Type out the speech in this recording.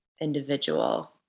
individual